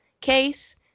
case